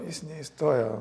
jis neįstojo